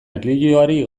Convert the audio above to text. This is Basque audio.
erlijioari